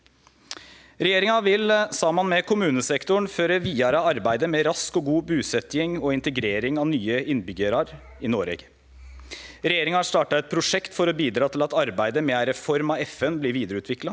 Regjeringa vil saman med kommunesektoren føre vida re arbeidet med rask og god busetjing og integrering av nye innbyggjarar i Noreg. Regjeringa har starta eit prosjekt for å bidra til at arbeidet med ei reform av FN blir utvikla